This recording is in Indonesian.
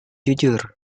jujur